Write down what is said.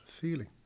feeling